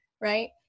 right